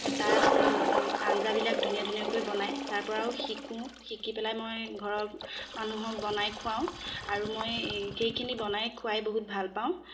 তাত আঞ্জাবিলাক ধুনীয়া ধুনীয়াকৈ বনায় তাৰপৰাও শিকোঁ শিকি পেলাই মই ঘৰৰ মানুহক বনাই খোৱাওঁ আৰু মই সেইখিনি বনাই খোৱাই বহুত ভালপাওঁ